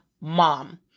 mom